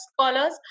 scholars